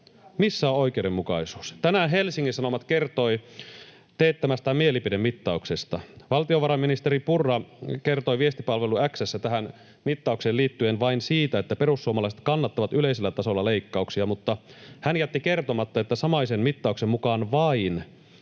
Missä on oikeudenmukaisuus? Tänään Helsingin Sanomat kertoi teettämästään mielipidemittauksesta. Valtiovarainministeri Purra kertoi viestipalvelu X:ssä tähän mittaukseen liittyen vain siitä, että perussuomalaiset kannattavat yleisellä tasolla leikkauksia, mutta hän jätti kertomatta, että samaisen mittauksen mukaan vain